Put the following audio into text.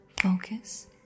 focus